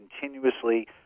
continuously